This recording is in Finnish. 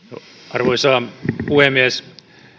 arvoisa puhemies